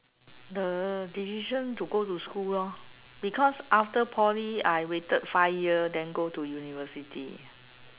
the decision to go to school lor because after poly I waited five year then go to university